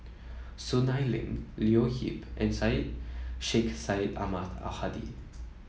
Soon Ai Ling Leo Yip and Syed Sheikh Syed Ahmad Al Hadi